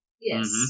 Yes